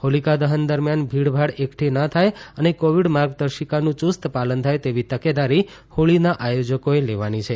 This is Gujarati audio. હોલિકા દહન દરમ્યાન ભીડભાડ એકઠી ન થાય અને કોવિડ માર્ગદર્શિકાનું ચુસ્ત પાલન થાય તેવી તકેદારી હોળીના આયોજકોએ લેવાની છે